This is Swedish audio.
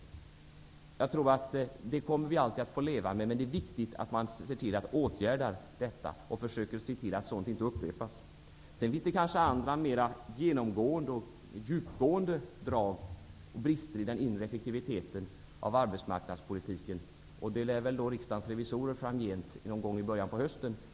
Detta kommer vi alltid att få leva med. Men det är viktigt att se till att detta åtgärdas, och att försöka se till att sådant inte upprepas. Sedan har kanske arbetsmarknadspolitiken andra mer genomgående och djupgående drag och brister i den inre effektiviteten. Detta lär väl redovisas av Riksdagens revisorer någon gång i början av hösten.